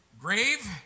Grave